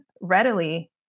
readily